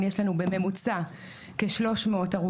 ויש לזה כמובן גם קשר הדוק